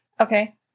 Okay